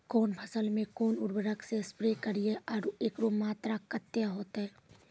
कौन फसल मे कोन उर्वरक से स्प्रे करिये आरु एकरो मात्रा कत्ते होते?